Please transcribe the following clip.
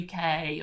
UK